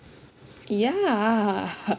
ya